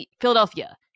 Philadelphia